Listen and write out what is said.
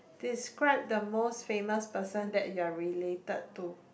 describe the most famous person that you are related to